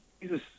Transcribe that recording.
Jesus